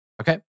Okay